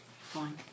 fine